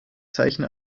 zeichen